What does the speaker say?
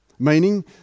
Meaning